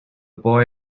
boy